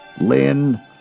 Lynn